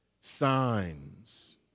signs